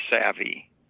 savvy